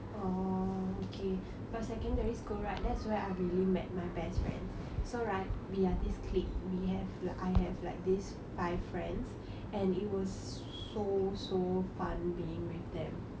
orh okay but secondary school right that's where I really met my best friends so right we are this clique we have like I have like this five friends and it was so so fun being with them